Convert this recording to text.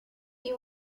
you